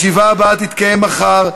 הישיבה הבאה תתקיים מחר,